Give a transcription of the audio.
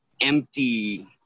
Empty